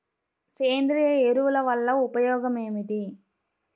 సేంద్రీయ ఎరువుల వల్ల ఉపయోగమేమిటీ?